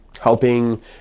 helping